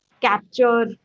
capture